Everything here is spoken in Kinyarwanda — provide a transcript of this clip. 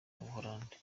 buholandi